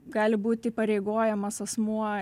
gali būti įpareigojamas asmuo